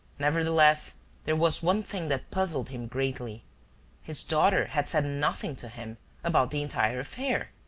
nevertheless there was one thing that puzzled him greatly his daughter had said nothing to him about the entire affair.